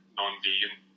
non-vegan